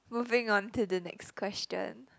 moving on to the next question